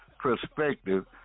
perspective